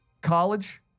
College